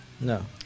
No